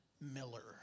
Miller